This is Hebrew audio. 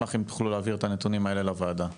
אשמח אם תוכלו להעביר את הנתונים האלו לוועדה.